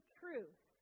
truth